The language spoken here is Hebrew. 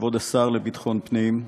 כבוד השר לביטחון פנים,